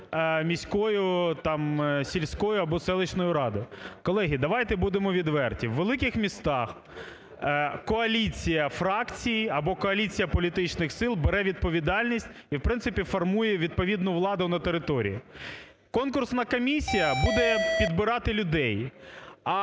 міською, там сільською або селищною радою. Колеги, давайте будемо відверті: у великих міста коаліція фракцій або коаліція політичних сил бере відповідальність і в принципі формує відповідну владу на території. Конкурсна комісія буде підбирати людей,